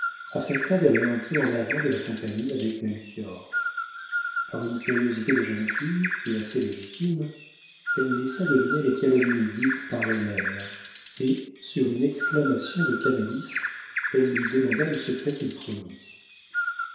affecta d'aller un peu en avant de la compagnie avec melchior par une curiosité de jeune fille et assez légitime elle laissa deviner les calomnies dites par hélène et sur une exclamation de canalis elle lui demanda le secret qu'il promit